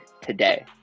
today